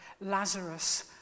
Lazarus